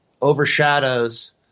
overshadows